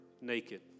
naked